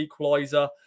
equaliser